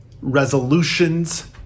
Resolutions